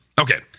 Okay